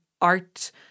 art